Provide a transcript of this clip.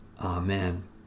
Amen